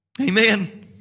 Amen